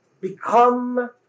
become